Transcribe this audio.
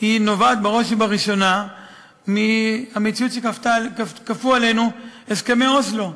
נובעת בראש ובראשונה מהמציאות שכפו עלינו הסכמי אוסלו.